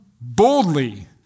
boldly